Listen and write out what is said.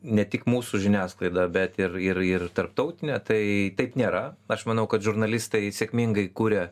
ne tik mūsų žiniasklaidą bet ir ir ir tarptautinę tai taip nėra aš manau kad žurnalistai sėkmingai kuria